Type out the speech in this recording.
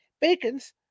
Bacon's